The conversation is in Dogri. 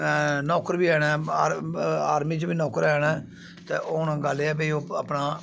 हैं नौकर बी हैन आर्मी च बी नौकर हैन ते हून गल्ल एह् ऐ कि हून ओह् अपना